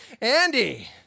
Andy